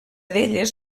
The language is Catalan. d’elles